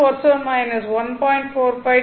47 1